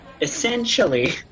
Essentially